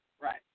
Right